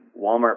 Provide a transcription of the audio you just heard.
Walmart